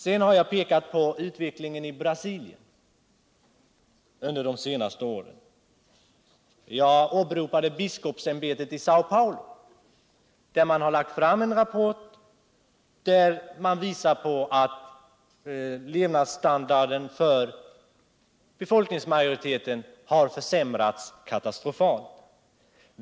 Jag har pekat på utvecklingen under de senaste åren i Brasilien. Jag åberopade biskopsämbetet i Säo Paulo, som lagt fram en rapport som visar att levnadsstandarden för befolkningsmajoriteten har försämrats katastrofalt.